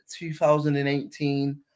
2018